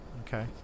Okay